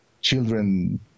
children